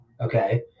Okay